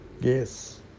Yes